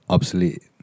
Obsolete